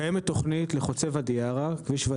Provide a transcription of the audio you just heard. קיימת תכנית למחלוף של כביש חוצה ואדי ערה.